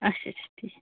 اچھا اچھا